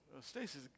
Stacy